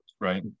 right